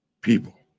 people